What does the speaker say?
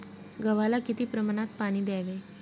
गव्हाला किती प्रमाणात पाणी द्यावे?